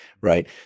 right